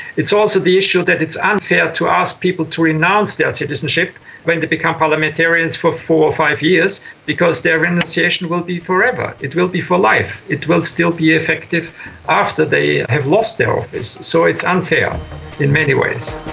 it's also the issue that it's unfair to ask people to renounce their citizenship when they become parliamentarians for four or five years because their renunciation will be forever. it will be for life. it will still be effective after they have lost their office. so it's unfair in many ways.